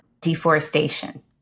deforestation